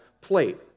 plate